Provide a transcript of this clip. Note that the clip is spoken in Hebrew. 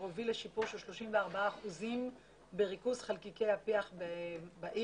הוביל לשיפור של 34 אחוזים בריכוז חלקיקי הפיח בעיר.